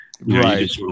Right